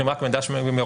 מחיל רק מידע מאירופה,